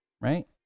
right